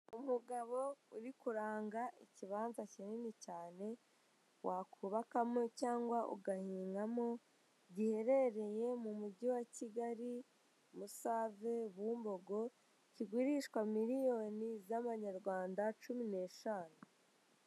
Umugabo uri kuranga ikibanza kinini cyane, wakubakamo cyangwa ugahingamo, giherereye mu mujyi wa Kigali, Musave, Bumbogo kigurishwa miliyoni z'amanyarwanda cumi n'eshanu.